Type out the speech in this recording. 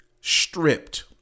Stripped